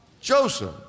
Joseph